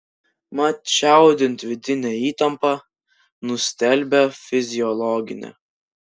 mat čiaudint vidinę įtampą nustelbia fiziologinė